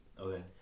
Okay